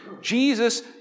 Jesus